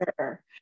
Sure